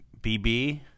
BB